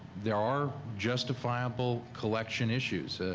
there are justifiable collection issues.